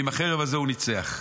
ועם החרב הזאת הוא ניצח.